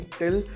till